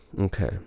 okay